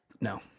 No